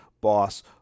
boss